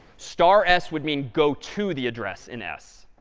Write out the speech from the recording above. star s would mean go to the address in s.